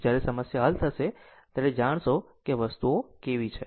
જ્યારે સમસ્યા હલ થશે ત્યારે જાણશો કે વસ્તુઓ કેવી છે